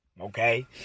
okay